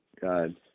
God